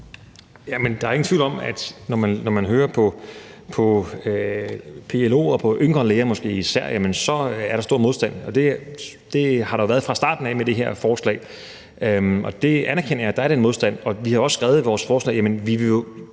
Der er ingen tvivl om, at når man hører på PLO og måske især på yngre læger, er der stor modstand. Det har der været fra starten af med det her forslag, og det anerkender jeg, altså at der er den modstand, og vi har også skrevet i vores forslag, at vi vil